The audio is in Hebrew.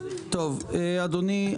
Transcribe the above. מה המטרות שעומדות מאחורי החוק הזה.